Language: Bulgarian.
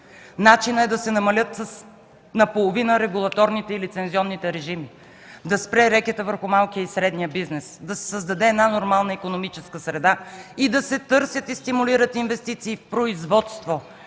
Начинът е да се намалят наполовина регулаторните и лицензионните режими, да спре рекетът върху малкия и средния бизнес, да се създаде една нормална икономическа среда и да се търсят и стимулират инвестиции в производство.